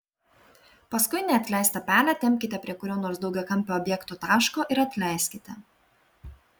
paskui neatleistą pelę tempkite prie kurio nors daugiakampio objekto taško ir atleiskite